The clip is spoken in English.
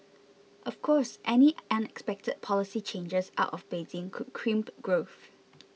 of course any unexpected policy changes out of Beijing could crimp growth